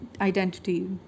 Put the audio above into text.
identity